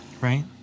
right